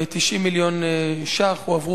כ-90 מיליון שקלים,